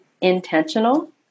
intentional